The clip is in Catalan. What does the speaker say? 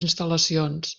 instal·lacions